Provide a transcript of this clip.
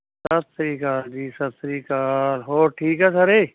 ਸਤਿ ਸ਼੍ਰੀ ਅਕਾਲ ਜੀ ਸਤਿ ਸ਼੍ਰੀ ਅਕਾਲ ਹੋਰ ਠੀਕ ਆ ਸਾਰੇ